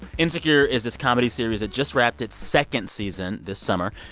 insecure is this comedy series that just wrapped its second season this summer.